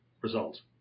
results